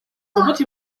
свобод